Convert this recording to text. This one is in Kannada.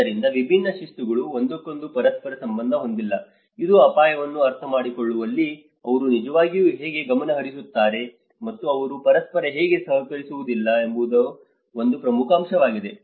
ಆದ್ದರಿಂದ ವಿಭಿನ್ನ ಶಿಸ್ತುಗಳು ಒಂದಕ್ಕೊಂದು ಪರಸ್ಪರ ಸಂಬಂಧ ಹೊಂದಿಲ್ಲ ಇದು ಅಪಾಯವನ್ನು ಅರ್ಥಮಾಡಿಕೊಳ್ಳುವಲ್ಲಿ ಅವರು ನಿಜವಾಗಿಯೂ ಹೇಗೆ ಗಮನಹರಿಸುತ್ತಾರೆ ಮತ್ತು ಅವರು ಪರಸ್ಪರ ಹೇಗೆ ಸಹಕರಿಸುವುದಿಲ್ಲ ಎಂಬುದರ ಒಂದು ಪ್ರಮುಖ ಅಂಶವಾಗಿದೆ